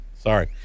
Sorry